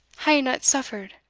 hae i not suffered